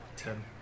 Ten